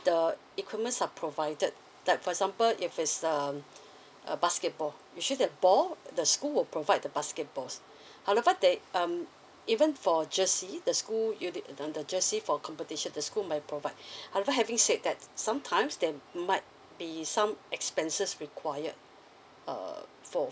the equipments are provided like for example if it's um uh basketball usually the ball the school will provide the basketballs however they um even for jersey the school usua~ um the jersey for competition the school may provide however having said that sometimes there might be some expenses required uh for